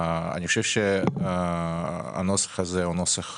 אני חושב שהנוסח הזה הוא נוסח